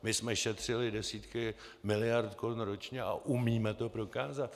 My jsme šetřili desítky miliard korun ročně a umíme to prokázat.